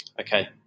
Okay